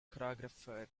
choreographer